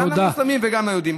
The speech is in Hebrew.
גם למוסלמים וגם ליהודים.